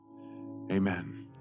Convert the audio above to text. amen